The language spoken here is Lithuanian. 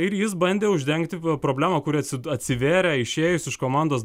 ir jis bandė uždengti problemą kuri atsi atsivėrė išėjus iš komandos